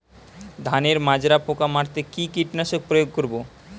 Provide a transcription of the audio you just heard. ধানের মাজরা পোকা মারতে কি কীটনাশক প্রয়োগ করব?